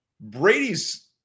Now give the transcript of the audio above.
Brady's